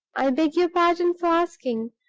i beg your pardon for asking,